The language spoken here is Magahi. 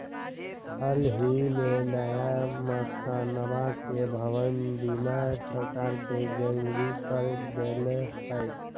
हल ही में नया मकनवा के भवन बीमा सरकार ने जरुरी कर देले है